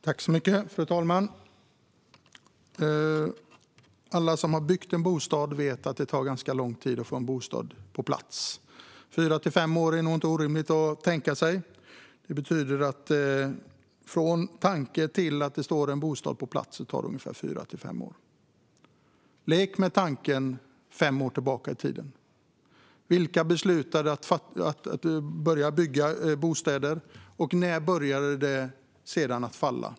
Fru ålderspresident! Alla som har byggt en bostad vet att det tar ganska lång tid att få en bostad på plats. Det är nog inte orimligt att tänka sig fyra till fem år. Från tanke till att det står en bostad på plats tar det alltså fyra till fem år. Fundera på hur det såg ut för fem år sedan: Vem fattade beslut om att bygga bostäder? När började det sedan falla?